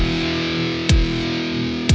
the